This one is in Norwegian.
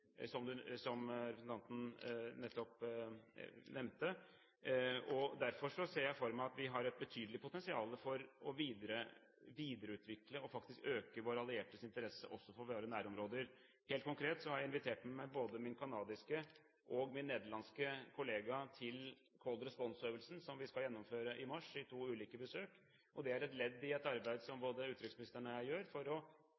som representanten nettopp nevnte. Derfor ser jeg for meg at vi har et betydelig potensial for å videreutvikle og faktisk øke våre alliertes interesse også for våre nærområder. Helt konkret har jeg invitert med meg både min kanadiske kollega og min nederlandske kollega til Cold Response-øvelsen som vi skal gjennomføre i mars, i to ulike besøk. Det er et ledd i et arbeid som både utenriksministeren og jeg gjør for å